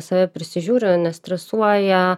save prisižiūri nestresuoja